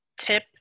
tip